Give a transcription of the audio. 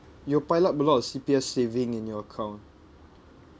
you'll pile up a lot of C_P_F saving in your account